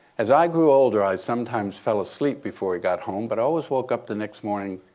as i grew older, i sometimes fell asleep before he got home. but i always woke up the next morning,